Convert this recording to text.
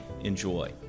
enjoy